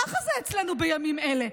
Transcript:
ככה זה אצלנו בימים אלה.